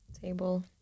table